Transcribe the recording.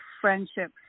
friendship